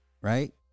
Right